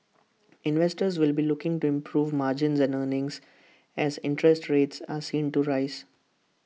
investors will be looking to improve margins and earnings as interest rates are seen to rise